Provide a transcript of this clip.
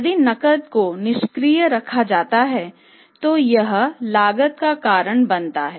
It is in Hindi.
यदि नकद को निष्क्रिय रखा जाता है तो यह लागत का कारण बनता है